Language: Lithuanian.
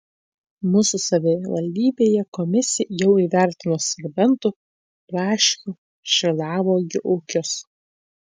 mūsų savivaldybėje komisija jau įvertino serbentų braškių šilauogių ūkius